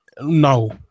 no